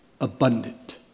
abundant